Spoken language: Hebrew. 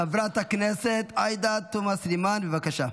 חברת הכנסת עאידה תומא סלימאן, בבקשה.